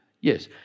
yes